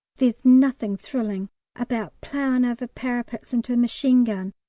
there's nothing thrilling about ploughing over parapets into a machine-gun,